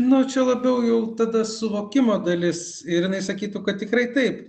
nu čia labiau jau tada suvokimo dalis ir jinai sakytų kad tikrai taip